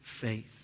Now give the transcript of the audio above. faith